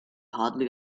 hardly